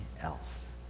else